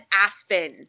Aspen